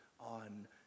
On